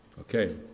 Okay